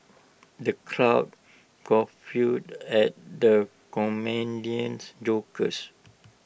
the crowd at the comedian's jokes